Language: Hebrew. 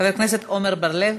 חבר הכנסת עמר בר-לב,